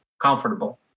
comfortable